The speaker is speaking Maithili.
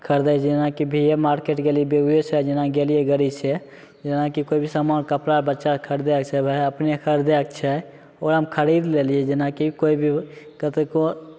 खरिदै छियै जेनाकि भीये मार्केट गेलियै बेगूयेसराय जेना गेलियै गड़ी से जेनाकि कोइ भी समान कपड़ा बच्चाके खरिदैके छै वएह अपने खरिदैके छै ओकरा हम खरीद लेलियै जेनाकि कोइ भी कतेको